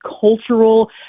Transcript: cultural